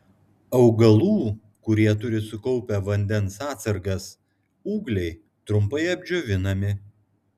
augalų kurie turi sukaupę vandens atsargas ūgliai trumpai apdžiovinami